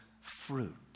fruit